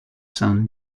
sun